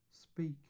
speak